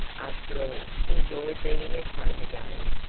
after all, enjoy being at home again?